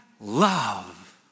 love